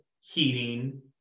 heating